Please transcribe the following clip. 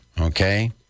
Okay